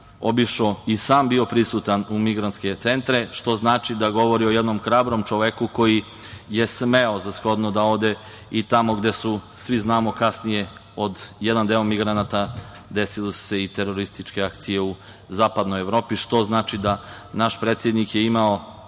obišao i sam bio prisutan u migrantskim centrima, što znači da govori o jednom hrabrom čoveku koji je smeo za shodno da ode i tamo gde su, svi znamo kasnije, od jednog dela migranata desile su se i terorističke akcije u zapadnoj Evropi, što znači da naš predsednik je imao